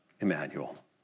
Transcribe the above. Emmanuel